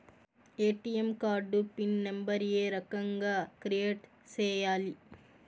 ATM card pin number ఏ రకంగా create సేయాలి